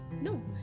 No